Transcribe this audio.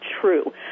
true